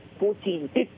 14